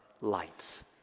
lights